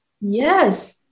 yes